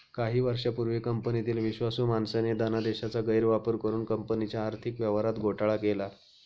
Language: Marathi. काही वर्षांपूर्वी कंपनीतील विश्वासू माणसाने धनादेशाचा गैरवापर करुन कंपनीच्या आर्थिक व्यवहारात घोटाळा केला